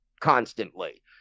constantly